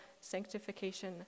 sanctification